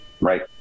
right